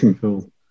Cool